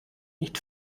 nicht